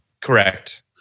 Correct